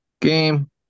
game